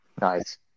Nice